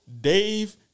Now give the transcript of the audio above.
Dave